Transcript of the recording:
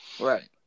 right